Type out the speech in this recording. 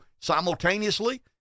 simultaneously